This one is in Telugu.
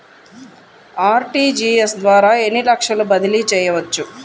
అర్.టీ.జీ.ఎస్ ద్వారా ఎన్ని లక్షలు బదిలీ చేయవచ్చు?